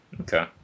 Okay